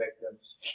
victims